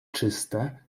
czyste